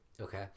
Okay